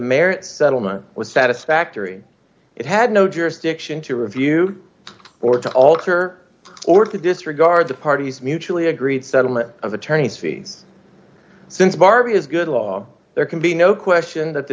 marriage settlement was satisfactory it had no jurisdiction to review or to alter or to disregard the parties mutually agreed settlement of attorney's fees since barbie is good law there can be no question that the